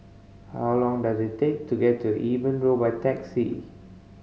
how long does it take to get to Eben Road by taxi